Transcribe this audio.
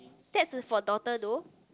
that's for daughter though